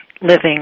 living